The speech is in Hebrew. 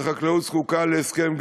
והחקלאות זקוקה להסכם,